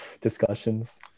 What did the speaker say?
discussions